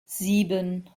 sieben